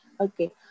Okay